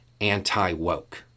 anti-woke